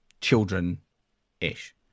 children-ish